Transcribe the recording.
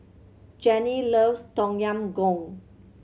Jannie loves Tom Yam Goong